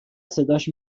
صداش